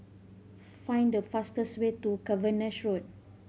find the fastest way to Cavenagh Road